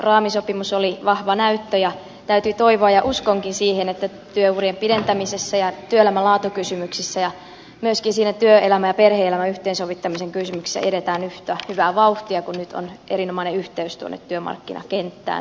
raamisopimus oli vahva näyttö ja täytyy toivoa ja uskonkin siihen että työurien pidentämisessä ja työelämän laatukysymyksissä ja myöskin niissä työelämän ja perhe elämän yhteensovittamisen kysymyksissä edetään yhtä hyvää vauhtia kun nyt on erinomainen yhteys tuonne työmarkkinakenttään synnytetty